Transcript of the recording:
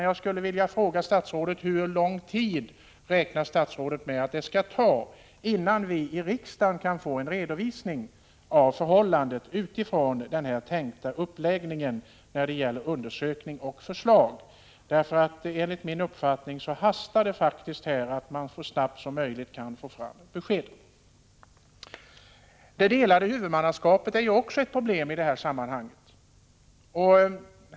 Jag vill fråga statsrådet: Hur lång tid räknar statsrådet med att det skall ta, innan vi i riksdagen kan få en redovisning av förhållandena enligt den tänkta uppläggningen av undersökningen och förslagen? Jag anser att det hastar, och man måste så snabbt som möjligt få fram ett besked. Det delade huvudmannaskapet är också ett problem i detta sammanhang.